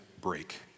break